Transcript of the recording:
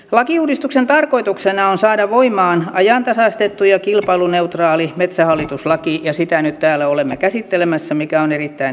lakiuudistuksen tarkoituksena on saada voimaan ajantasaistettu ja kilpailuneutraali metsähallitus laki ja sitä nyt täällä olemme käsittelemässä mikä on erittäin hieno asia